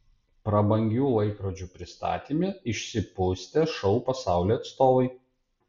prabangių laikrodžių pristatyme išsipustę šou pasaulio atstovai